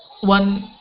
One